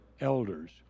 elders